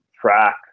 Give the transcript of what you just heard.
track